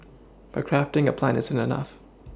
but crafting a plan isn't enough